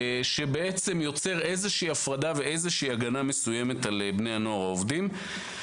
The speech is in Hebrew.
הוא יוצר איזושהי הפרדה והגנה מסוימת על בני הנוער העובדים.